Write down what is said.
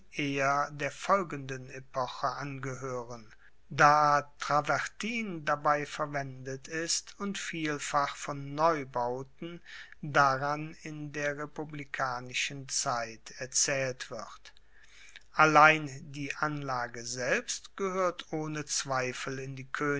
eher der folgenden epoche angehoeren da travertin dabei verwendet ist und vielfach von neubauten daran in der republikanischen zeit erzaehlt wird allein die anlage selbst gehoert ohne zweifel in die